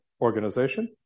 organization